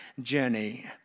journey